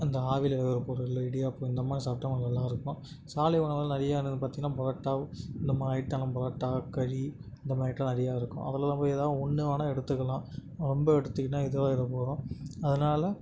அந்த ஆவியில் வேகிற பொருள் இடியாப்பம் இந்தமாதிரி சாப்பிட்டா கொஞ்சம் நல்லாயிருக்கும் சாலை உணவுகள் நிறையா என்னென்னு பார்த்தீங்கன்னா புரோட்டா இந்தமாதிரி ஐட்டமெல்லாம் புரோட்டா கரி இந்தமாதிரி ஐட்டமெல்லாம் அதிகம் இருக்கும் அதில் நம்ம ஏதாவது ஒன்று வேணால் எடுத்துக்கலாம் ரொம்ப எடுத்துகிட்னா இதுவாயிரப் போகிறோம் அதனால